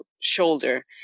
shoulder